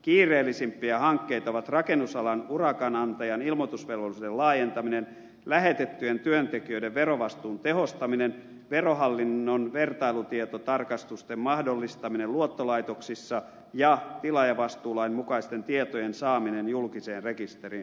kiireellisimpiä hankkeita ovat rakennusalan urakanantajan ilmoitusvelvollisuuden laajentaminen lähetettyjen työntekijöiden verovastuun tehostaminen verohallinnon vertailutietotarkastusten mahdollistaminen luottolaitoksissa ja tilaajavastuulain mukaisten tietojen saaminen julkiseen rekisteriin